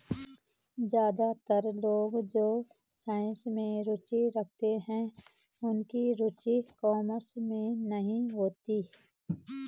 ज्यादातर लोग जो साइंस में रुचि रखते हैं उनकी रुचि कॉमर्स में नहीं होती